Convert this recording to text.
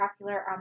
popular